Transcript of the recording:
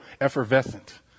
effervescent